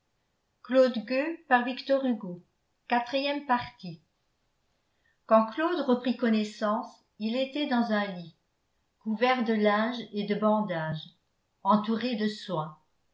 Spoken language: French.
quand claude reprit connaissance il était dans un lit couvert de linges et de bandages entouré de soins